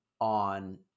on